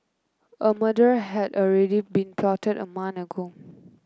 a murder had already been plotted a month ago